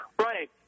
Right